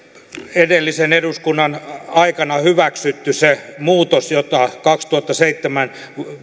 edellisen eduskunnan aikana hyväksytty se muutos jota kaksituhattaseitsemän